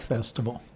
Festival